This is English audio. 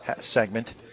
segment